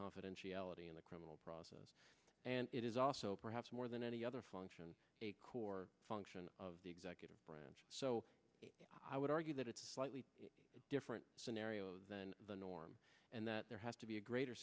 confidentiality of the criminal process and it is also perhaps more than any other function a core function of the executive branch so i would argue that it's slightly different scenarios than the norm and that there has to be a greater